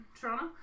Toronto